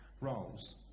roles